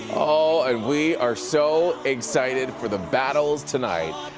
oh, and we are so excited for the battle tonight.